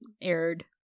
aired